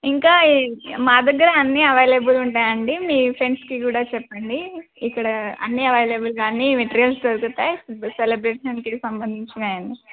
ఇంకా మా దగ్గర అన్నీ అవైలబుల్ ఉంటాయండి మీ ఫ్రెండ్స్కి కూడా చెప్పండి ఇక్కడ అన్నీ అవైలబుల్గా అన్ని మెటీరియల్స్ దొరుకుతాయి సెలబ్రేషన్కి సంబంధించినయండి